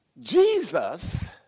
Jesus